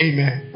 Amen